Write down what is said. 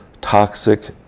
toxic